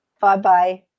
Bye-bye